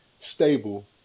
stable